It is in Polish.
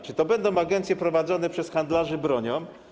Czy będą to agencje prowadzone przez handlarzy bronią?